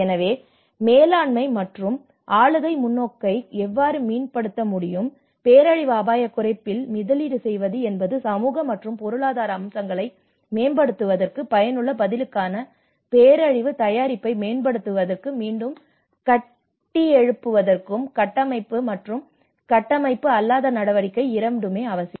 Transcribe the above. எனவே மேலாண்மை மற்றும் ஆளுகை முன்னோக்கை எவ்வாறு மீளமைப்பதற்கான பேரழிவு அபாயக் குறைப்பில் முதலீடு செய்வது என்பது சமூக மற்றும் பொருளாதார அம்சங்களை மேம்படுத்துவதற்கும் பயனுள்ள பதிலுக்கான பேரழிவுத் தயாரிப்பை மேம்படுத்துவதற்கும் மீண்டும் கட்டியெழுப்புவதற்கும் கட்டமைப்பு மற்றும் கட்டமைப்பு அல்லாத நடவடிக்கைகள் இரண்டுமே அவசியம்